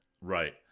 Right